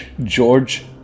George